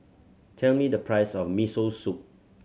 tell me the price of Miso Soup